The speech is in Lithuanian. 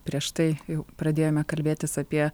prieš tai jau pradėjome kalbėtis apie